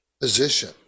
position